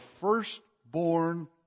firstborn